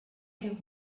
què